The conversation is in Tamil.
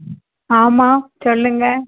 ஆமாம் சொல்லுங்க